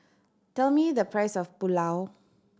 tell me the price of Pulao